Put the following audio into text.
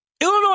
Illinois